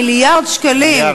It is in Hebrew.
מיליארדי שקלים,